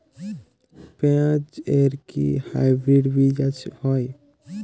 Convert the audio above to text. পেঁয়াজ এর কি হাইব্রিড বীজ হয়?